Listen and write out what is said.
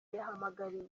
yahamagariye